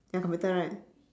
ya computer right